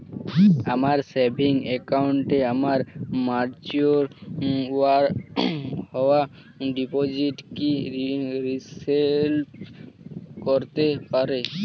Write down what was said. আমার সেভিংস অ্যাকাউন্টে আমার ম্যাচিওর হওয়া ডিপোজিট কি রিফ্লেক্ট করতে পারে?